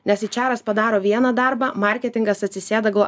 nes aičeras padaro vieną darbą marketingas atsisėda galvoja